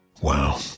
Wow